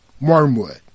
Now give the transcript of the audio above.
wormwood